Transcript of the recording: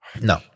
No